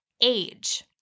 Age